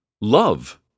Love